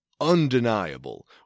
undeniable